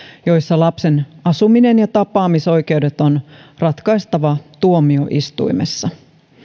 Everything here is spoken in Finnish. joissa lapsen asuminen ja tapaamisoikeudet on ratkaistava tuomioistuimessa